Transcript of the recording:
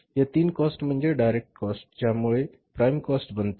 या तीन कॉस्ट म्हणजे डायरेक्ट कॉस्ट ज्यामुळे प्राइम कॉस्ट बनते